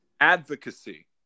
advocacy